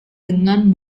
dengan